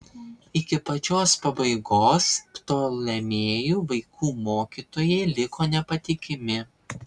iki pačios pabaigos ptolemėjų vaikų mokytojai liko nepatikimi